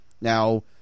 Now